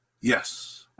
Yes